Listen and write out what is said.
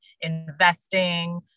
investing